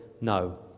no